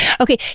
okay